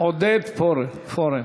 עודד פורר.